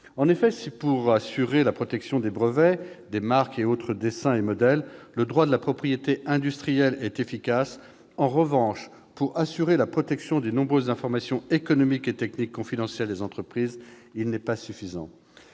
En effet, si, pour assurer la garantie des brevets, marques et autres dessins et modèles, le droit de la propriété industrielle est efficace, il ne suffit pas à assurer la protection des nombreuses informations économiques et techniques confidentielles des entreprises. Le diagnostic